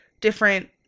different